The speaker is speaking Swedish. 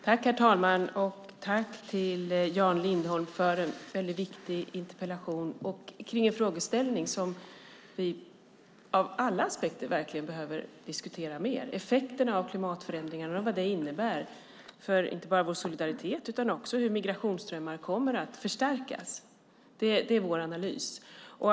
Herr talman! Tack, Jan Lindholm, för en väldigt viktig interpellation kring en frågeställning som vi ur alla aspekter verkligen behöver diskutera mer. Det är effekterna av klimatförändringarna och vad de innebär inte bara för vår solidaritet utan också för hur migrationsströmmarna kommer att förstärkas. Det är vår analys.